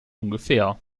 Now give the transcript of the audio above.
ungefähr